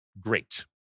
great